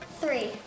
Three